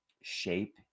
shape